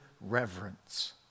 reverence